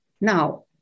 Now